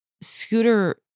scooter